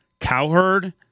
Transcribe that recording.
Cowherd